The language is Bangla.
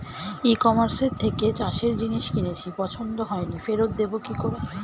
ই কমার্সের থেকে চাষের জিনিস কিনেছি পছন্দ হয়নি ফেরত দেব কী করে?